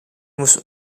mousse